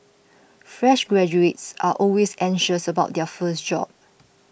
fresh graduates are always anxious about their first job